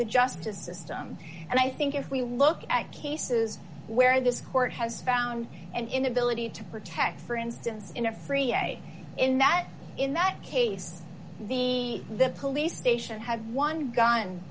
the justice system and i think if we look at cases where this court has found an inability to protect for instance in a free a in that in that case the the police station had one gun